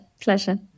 Pleasure